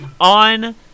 on